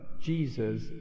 Jesus